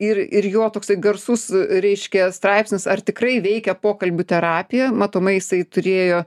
ir ir jo toksai garsus reiškia straipsnis ar tikrai veikia pokalbių terapija matomai jisai turėjo